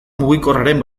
mugikorraren